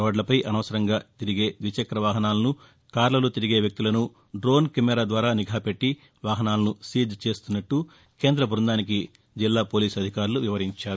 రోడ్లపై అనవసరంగా తిరిగే ద్విచక్ర వాహనాలను కార్లలో తిరిగే వ్యక్తులను డోన్ కెమెరా ద్వారా నిఘా పెట్టి వాహనాలను సీజ్ చేస్తున్నట్లు కేంద్ర బ్బందానికి జిల్లా పోలీసు అధికారులు వివరించారు